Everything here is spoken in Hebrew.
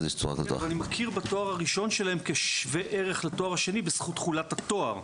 אני מכיר בתואר הראשון שלהם כשווה ערך לתואר השני בזכות תכולת התואר,